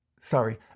sorry